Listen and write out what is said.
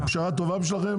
זה פשרה טובה בשבילכם?